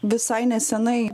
visai nesenai